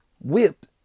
whipped